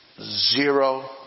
zero